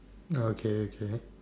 okay okay